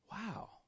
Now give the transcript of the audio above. Wow